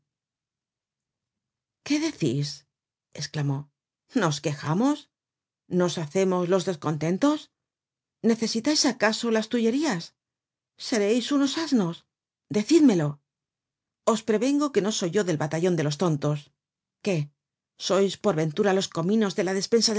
esclamó nos quejamos nos hacemos los descontentos necesitais acaso las tullerías sereis unos asnos decídmelo os prevengo que no soy del batallon de los tontos qué sois por ventura los cominos de la despensa del